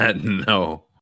No